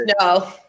no